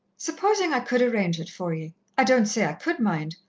supposing i could arrange it for ye i don't say i could, mind,